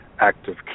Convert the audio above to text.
active